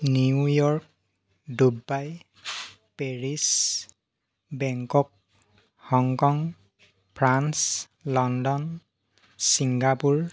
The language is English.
New York Dubai Paris Bangkok Hong Kong France London Singapore